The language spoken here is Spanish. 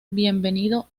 bienvenido